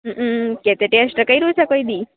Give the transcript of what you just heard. હમ તેતો ટેસ્ટ કર્યું છે કોયદી